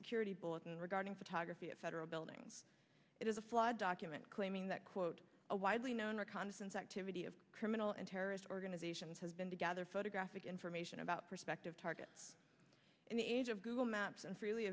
security bulletin regarding photography of federal buildings it is a flawed document claiming that quote a widely known or constant activity of criminal and terrorist organizations has been to gather photographic information about perspective targets in the age of google maps and freely